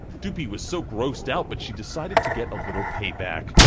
doopie was so grossed out, but she decided to get a little payback.